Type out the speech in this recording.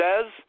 says